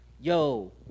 yo